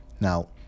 now